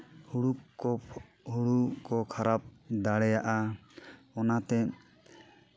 ᱦᱳᱲᱳ ᱠᱚ ᱦᱳᱲᱳ ᱠᱚ ᱠᱷᱟᱨᱟᱯ ᱫᱟᱲᱮᱭᱟᱜᱼᱟ ᱚᱱᱟᱛᱮ